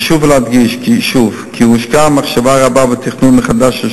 חשוב להדגיש שוב כי הושקעה מחשבה רבה בתכנון מחדש של